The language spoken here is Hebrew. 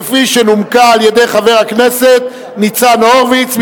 כפי שנומקה על-ידי חבר הכנסת ניצן הורוביץ,